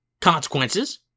consequences